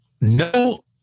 no